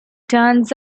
turns